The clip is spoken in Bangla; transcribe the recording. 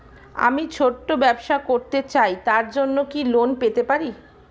আমি ছোট ব্যবসা করতে চাই তার জন্য কি লোন পেতে পারি?